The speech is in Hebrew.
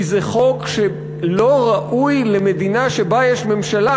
כי זה חוק שלא ראוי למדינה שבה יש ממשלה